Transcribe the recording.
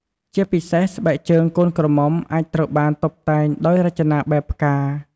ជាពិសេសស្បែកជើងកូនក្រមុំអាចត្រូវបានតុបតែងដោយរចនាបែបផ្កា។